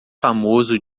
famoso